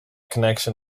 connection